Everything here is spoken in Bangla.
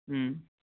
হুম